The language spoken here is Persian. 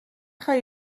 خوای